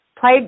played